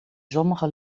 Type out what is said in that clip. sommige